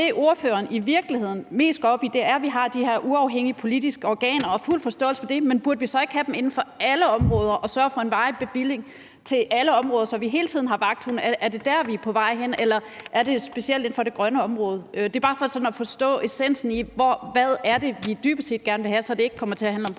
det, ordføreren i virkeligheden går mest op i, er, at vi har de her uafhængige politiske organer – og fuld forståelse for det, men burde vi så ikke have dem inden for alle områder og sørge for en varig bevilling til alle områder, så vi hele tiden har vagthunde? Er det der, vi er på vej hen, eller er det specielt inden for det grønne område? Det er bare for sådan at forstå essensen af, hvad det er, vi dybest set gerne vil have, så det ikke kommer til at handle om